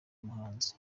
umuhanzi